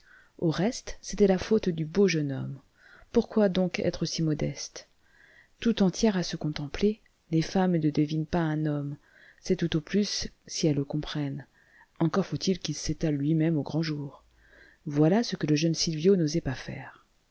au reste c'était la faute du beau jeune homme pourquoi donc être si modeste tout entières à se contempler les femmes ne devinent pas un homme c'est tout au plus si elles le comprennent encore faut-il qu'il s'étale lui-même au grand jour voilà ce que le jeune sylvio n'osait pas faire